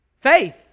Faith